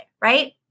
right